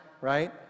right